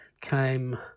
came